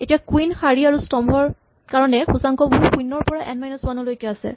এতিয়া কুইন শাৰী আৰু স্তম্ভৰ কাৰণে সূচাংকবোৰ শূণ্যৰ পৰা এন মাইনাচ ৱানলৈকে আছে